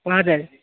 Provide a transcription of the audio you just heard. हजुर